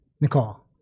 Nicole